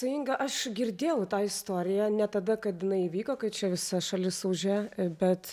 su inga aš girdėjau tą istoriją ne tada kad jinai įvyko kai čia visa šalis ūžė bet